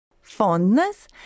Fondness